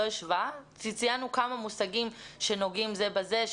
ציינו כמה מושגים שנוגעים זה בזה,